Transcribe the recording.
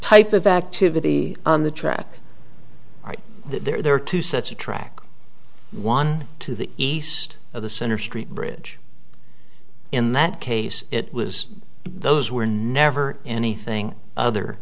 type of activity on the track right there are two sets of track one to the east of the center street bridge in that case it was those were never anything other